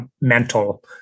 mental